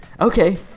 Okay